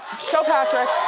show patrick.